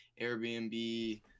Airbnb